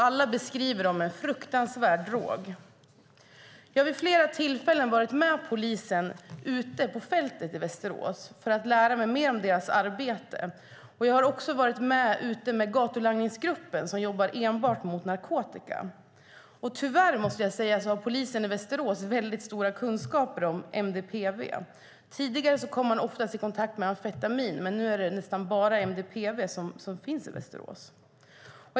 Alla beskriver de en fruktansvärd drog. Jag har vid flera tillfällen varit med polisen ute på fältet i Västerås för att lära mig mer om deras arbete. Jag har också varit med ute med Gatulangningsgruppen, som jobbar enbart mot narkotika. Tyvärr, måste jag säga, har polisen väldigt stora kunskaper om MDPV. Tidigare kom man oftast i kontakt med amfetamin, men nu är det nästan bara MDPV som finns i Västerås.